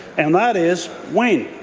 and that is when.